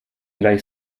gleich